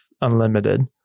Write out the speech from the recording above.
unlimited